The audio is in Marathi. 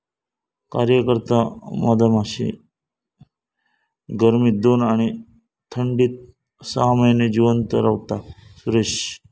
कार्यकर्ता मधमाशी गर्मीत दोन आणि थंडीत सहा महिने जिवंत रव्हता, सुरेश